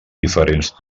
diferents